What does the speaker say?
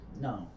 No